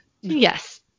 Yes